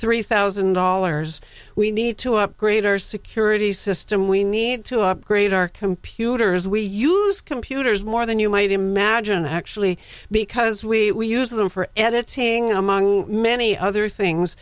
three thousand dollars we need to upgrade our security system we need to upgrade our computers we use computers more than you might imagine actually because we use them for editing among many other things